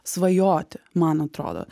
svajoti man atrodo